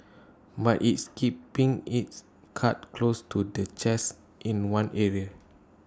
but IT is keeping its cards close to the chest in one area